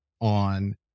on